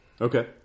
Okay